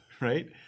Right